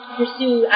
pursue